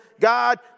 God